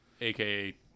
AKA